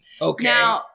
Okay